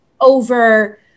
over